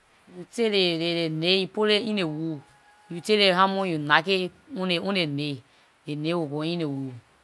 You take ley nai- nail you put in ley wood, you take the hammer you knock on ley nail, ley nail will go in the wood.